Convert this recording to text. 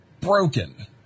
broken